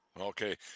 Okay